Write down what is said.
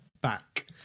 back